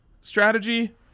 strategy